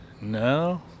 no